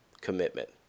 commitment